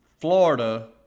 Florida